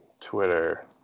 Twitter